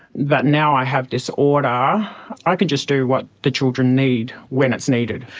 that now i have this order i can just do what the children need when it's needed.